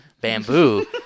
bamboo